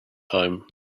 time